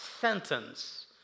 sentence